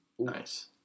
Nice